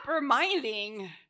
reminding